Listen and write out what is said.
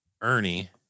Ernie